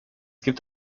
gibt